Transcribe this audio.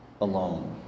alone